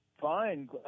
fine